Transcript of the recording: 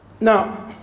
Now